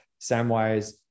Samwise